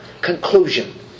conclusion